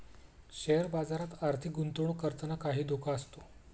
share बाजारात आर्थिक गुंतवणूक करताना काही धोका असतो